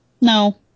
no